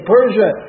Persia